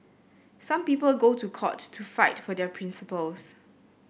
some people go to court to fight for their principles